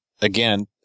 again